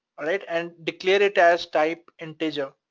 alright and declare it as type integer,